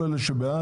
כל אלה שבעד,